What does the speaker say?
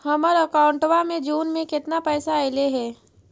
हमर अकाउँटवा मे जून में केतना पैसा अईले हे?